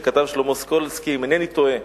אסיים בשיר שכתב שלמה סקולסקי, אם אינני טועה: